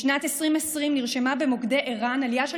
בשנת 2020 נרשמה במוקדי ער"ן עלייה של